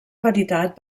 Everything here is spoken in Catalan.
veritat